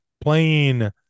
playing